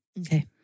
Okay